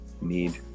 need